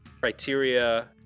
Criteria